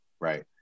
right